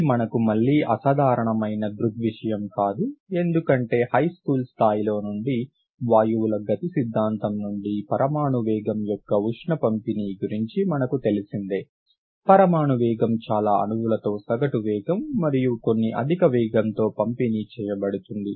ఇది మనకు మళ్లీ అసాధారణమైన దృగ్విషయం కాదు ఎందుకంటే హైస్కూల్ స్థాయిలో నుండి వాయువుల గతి సిద్ధాంతం నుండి పరమాణు వేగం యొక్క ఉష్ణ పంపిణీ గురించి మనకు తెలిసిందే పరమాణు వేగం చాలా అణువులతో సగటు వేగం మరియు కొన్ని అధిక వేగంతో పంపిణీ చేయబడుతుంది